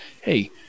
hey